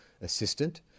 assistant